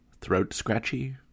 throat-scratchy